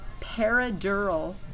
paradural